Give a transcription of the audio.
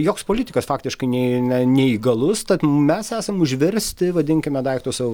joks politikas faktiškai ne ne neįgalus tad mes esam užversti vadinkime daiktus savo